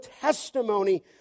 testimony